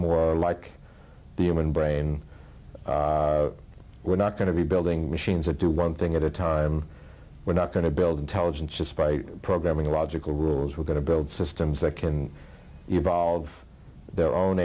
more like the human brain we're not going to be building machines that do one thing at a time we're not going to build intelligence just by programming logical rules we're going to build systems that can evolve their own